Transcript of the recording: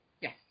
Yes